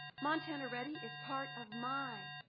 montana ready is part of my,